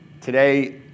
today